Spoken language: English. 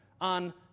on